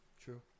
True